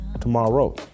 tomorrow